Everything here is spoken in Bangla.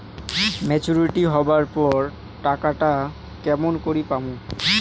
মেচুরিটি হবার পর টাকাটা কেমন করি পামু?